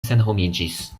senhomiĝis